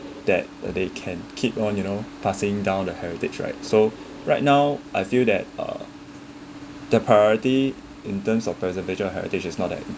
that they can keep on you know passing down a heritage right so right now I feel that uh the priority in terms of present heritage is not that